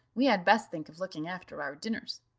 we had best think of looking after our dinners.